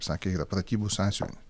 sakė yra pratybų sąsiu